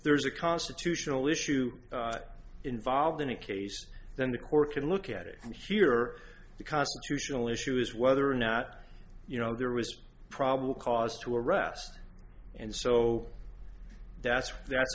there's a constitutional issue involved in a case then the court could look at it and hear the constitutional issue is whether or not you know there was probable cause to arrest and so that's that's